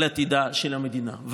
על עתידה של המדינה.